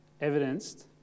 evidenced